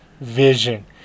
Vision